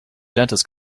dentist